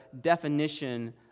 definition